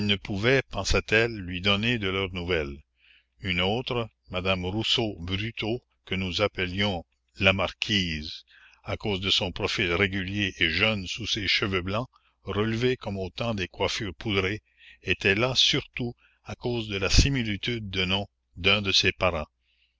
ne pouvaient pensait-elle lui donner de leurs nouvelles une autre madame rousseau bruteau que nous appelions la marquise à cause de son profil régulier et jeune sous ses cheveux blancs relevés comme au temps des coiffures poudrées était là surtout à cause de la similitude de nom d'un de ses parents